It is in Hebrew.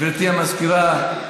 גברתי המזכירה,